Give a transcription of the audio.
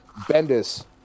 Bendis